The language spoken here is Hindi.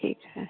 ठीक है